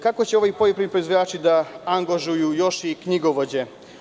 Kako će ovi poljoprivredni proizvođači da angažuju još i knjigovođe?